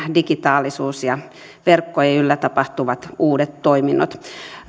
digitaalisuus ja verkkojen yllä tapahtuvat uudet toiminnot